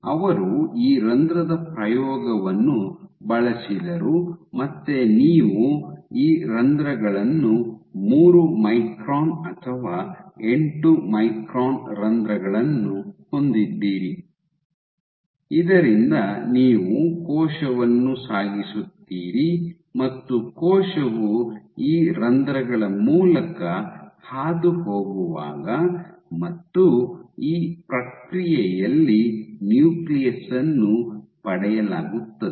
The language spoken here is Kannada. ಅವರು ಈ ರಂಧ್ರದ ಪ್ರಯೋಗವನ್ನು ಬಳಸಿದರು ಮತ್ತೆ ನೀವು ಈ ರಂಧ್ರಗಳನ್ನು ಮೂರು ಮೈಕ್ರಾನ್ ಅಥವಾ ಎಂಟು ಮೈಕ್ರಾನ್ ರಂಧ್ರಗಳನ್ನು ಹೊಂದಿದ್ದೀರಿ ಇದರಿಂದ ನೀವು ಕೋಶವನ್ನು ಸಾಗಿಸುತ್ತೀರಿ ಮತ್ತು ಕೋಶವು ಈ ರಂಧ್ರಗಳ ಮೂಲಕ ಹಾದುಹೋಗುವಾಗ ಮತ್ತು ಈ ಪ್ರಕ್ರಿಯೆಯಲ್ಲಿ ನ್ಯೂಕ್ಲಿಯಸ್ ಅನ್ನು ಪಡೆಯಲಾಗುತ್ತದೆ